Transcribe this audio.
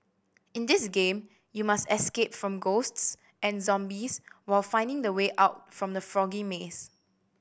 in this game you must escape from ghosts and zombies while finding the way out from the foggy maze